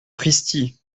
pristi